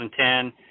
2010